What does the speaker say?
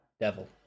devil